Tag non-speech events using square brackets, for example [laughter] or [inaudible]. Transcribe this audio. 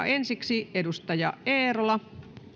[unintelligible] ensiksi edustaja eerola